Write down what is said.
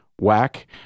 whack